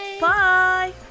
Bye